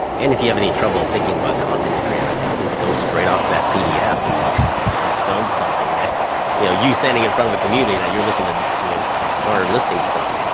and if you have any trouble thinking about content to create right now, just go straight off that pdf, and and film something that you know you standing in front of a community that you're looking to garner listings from,